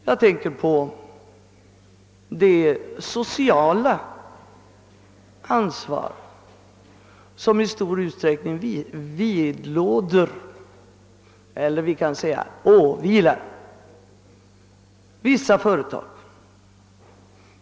Jag tänker på det sociala ansvar som i stor utsträckning åvilar vissa företag.